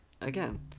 again